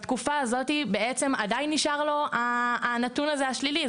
בתקופה הזאת בעצם עדיין נשאר לו הנתון השלילי הזה.